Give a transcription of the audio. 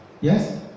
yes